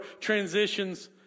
transitions